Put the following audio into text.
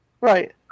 Right